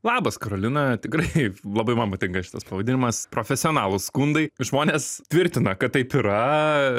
labas karolina tikrai labai man patinka šitas pavadinimas profesionalūs skundai žmonės tvirtina kad taip yra